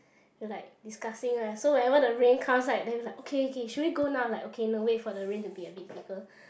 is like discussing leh so whenever the rain comes right then it's like okay okay should we go now like okay no wait for the rain to be a bit bigger